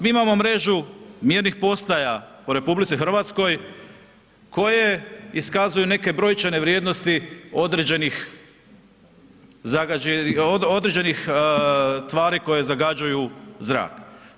Mi imamo mrežu mjernih postaja u RH koje iskazuju neke brojčane vrijednosti određenih tvari koje zagađuju zrak.